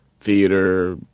theater